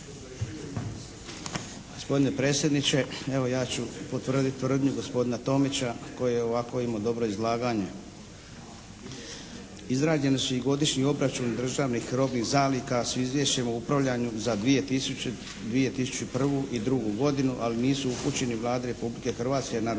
Gospodine predsjedniče, evo ja ću potvrditi tvrdnju gospodina Tomića koji je ovako imao dobro izlaganje. Izrađeni su i godišnji obračun državnih robnih zaliha s izvješćem o upravljanju za 2001. i 2002. godinu, ali nisu upućeni Vladi Republike Hrvatske na